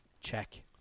check